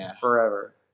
forever